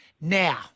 Now